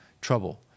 trouble